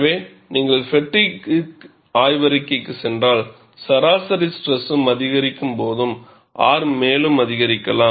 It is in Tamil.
எனவே நீங்கள் ஃப்பெட்டிக் ஆய்வறிக்கைக்கு சென்றால் சராசரி ஸ்ட்ரெசும் அதிகரிக்கும் போது R மேலும் அதிகரிக்கலாம்